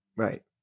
Right